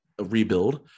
rebuild